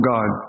God